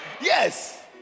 Yes